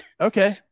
Okay